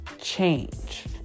change